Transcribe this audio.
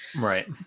Right